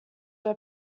were